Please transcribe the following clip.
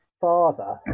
father